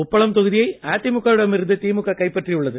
உப்பளம்தொகுதியை அஇஅதிமுகவிடம்இருந்துதிமுககைப்பற்றியுள்ளது